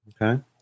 Okay